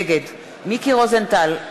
נגד מיקי רוזנטל,